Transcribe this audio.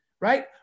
right